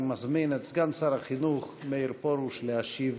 אני מזמין את סגן שר החינוך מאיר פרוש להשיב